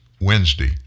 Wednesday